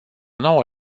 nouă